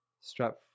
strap